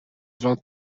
vingt